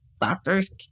doctors